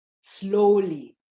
Slowly